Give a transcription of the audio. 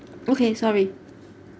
okay sorry